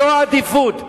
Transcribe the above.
זאת העדיפות.